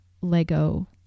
Lego